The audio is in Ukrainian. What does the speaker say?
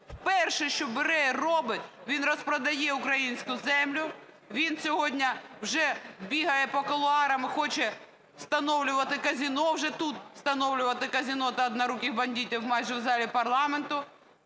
перше, що бере і робить, він розпродає українську землю, він сьогодні вже бігає по кулуарам і хоче встановлювати казино, вже тут встановлювати казино та "одноруких бандитів" майже в залі парламенту.